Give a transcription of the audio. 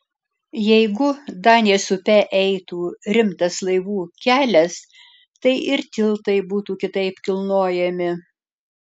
jeigu danės upe eitų rimtas laivų kelias tai ir tiltai būtų kitaip kilnojami